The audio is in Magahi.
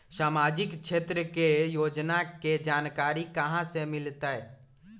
सामाजिक क्षेत्र के योजना के जानकारी कहाँ से मिलतै?